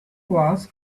was